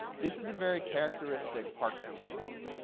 this is a very characteristic parkinson's walk.